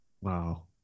Wow